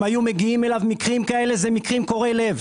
אם היו מגיעים אליו מקרים כאלה אלה מקרים קורעי לב.